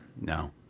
No